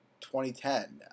2010